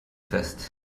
fest